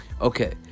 okay